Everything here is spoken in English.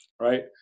right